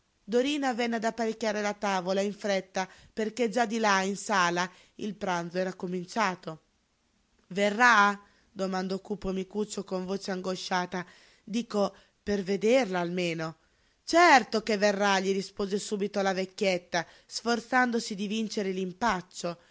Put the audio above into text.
dorina venne ad apparecchiare la tavola in fretta perché già di là in sala il pranzo era cominciato verrà domandò cupo micuccio con voce angosciata dico per vederla almeno certo che verrà gli rispose subito la vecchietta sforzandosi di vincere l'impaccio